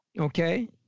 Okay